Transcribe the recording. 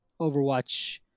Overwatch